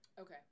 Okay